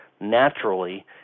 naturally